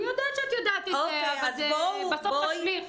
אני יודעת שאת יודעת את זה, אבל בסוף זה משליך.